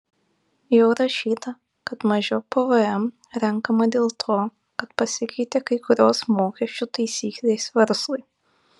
jau rašyta kad mažiau pvm renkama dėl to kad pasikeitė kai kurios mokesčių taisyklės verslui